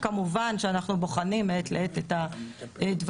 וכמובן שאנחנו בוחנים מעת לעת את הדברים.